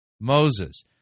Moses